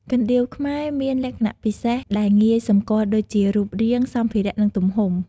កណ្ដៀវខ្មែរមានលក្ខណៈពិសេសដែលងាយសម្គាល់ដូចជា រូបរាង សម្ភារ និងទំហំ។